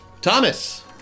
Thomas